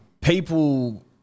people